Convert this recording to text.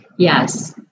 Yes